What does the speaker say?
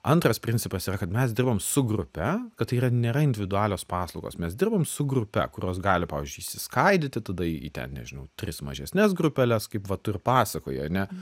antras principas yra kad mes dirbam su grupe kad tai yra nėra individualios paslaugos mes dirbam su grupe kurios gali pavyzdžiui išsiskaidyti tada į ten nežinau tris mažesnes grupeles kaip vat tu ir pasakojai ane